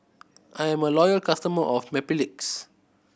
I'm a loyal customer of Mepilex